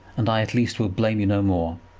and i at least will blame you no more.